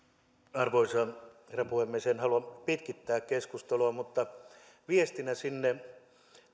arvoisa herra puhemies en halua pitkittää keskustelua mutta viestinä sinne